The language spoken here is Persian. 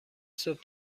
صبح